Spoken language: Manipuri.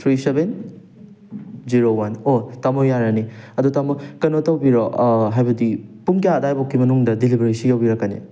three seven zero one o ꯇꯥꯃꯣ ꯌꯥꯔꯅꯤ ꯑꯗꯨ ꯇꯥꯃꯣ ꯀꯩꯅꯣ ꯇꯧꯕꯤꯔꯣ ꯍꯥꯏꯕꯗꯤ ꯄꯨꯡ ꯀꯌꯥ ꯑꯗ꯭ꯋꯥꯏꯐꯥꯎꯒꯤ ꯃꯅꯨꯡꯗ ꯗꯤꯂꯤꯚꯔꯤꯁꯤ ꯌꯧꯕꯤꯔꯛꯀꯅꯤ